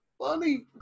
funny